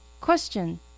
Question